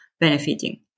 benefiting